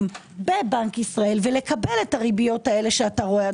בבנק ישראל ולקבל את הריביות האלה שאתה רואה,